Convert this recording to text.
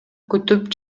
күтүп